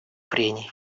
прений